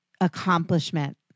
accomplishment